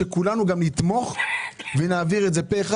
שכולנו נתמוך בו ונעביר אותו פה אחד.